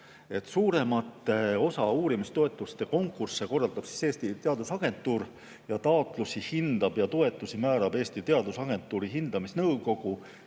Suuremat osa uurimistoetuste konkursse korraldab Eesti Teadusagentuur. Taotlusi hindavad ja toetusi määravad Eesti Teadusagentuuri hindamisnõukogu